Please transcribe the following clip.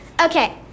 okay